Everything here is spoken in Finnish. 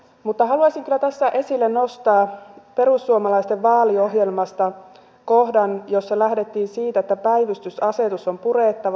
mutta haluaisin kyllä tässä esille nostaa perussuomalaisten vaaliohjelmasta kohdan jossa lähdettiin siitä että päivystysasetus on purettava